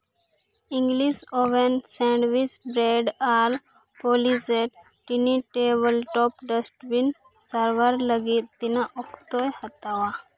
English oven sandwich bread ᱟᱨ polished tiny table top dustbin ᱥᱟᱨᱵᱷᱟᱨ ᱞᱟᱹᱜᱤᱫ ᱛᱤᱱᱟᱹᱜ ᱚᱠᱛᱚᱭ ᱦᱟᱛᱟᱣᱟ